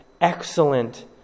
excellent